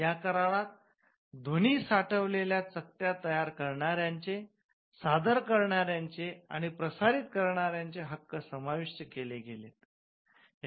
या करारात ध्वनी साठवलेल्या चकत्या तयार करणाऱ्याचे सादर करणाऱ्यांचे आणि प्रसारित करणाऱ्यांचे हक्क समाविष्ट केले गेलेत